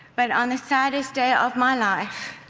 but on the saddest day of my life